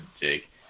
jake